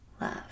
love